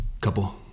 couple